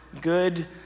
good